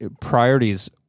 priorities